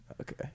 Okay